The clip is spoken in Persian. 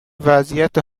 وضعیت